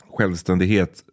Självständighet